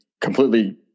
completely